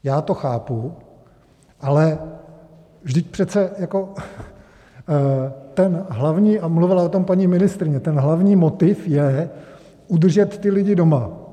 Já to chápu, ale vždyť přece ten hlavní a mluvila o tom paní ministryně ten hlavní motiv je udržet ty lidi doma.